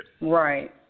Right